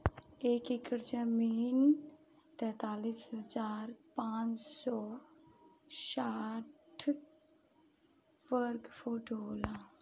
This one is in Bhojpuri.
एक एकड़ जमीन तैंतालीस हजार पांच सौ साठ वर्ग फुट होला